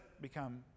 become